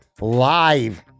live